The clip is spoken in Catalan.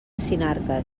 sinarques